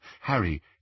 Harry